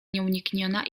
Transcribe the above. nieunikniona